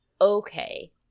okay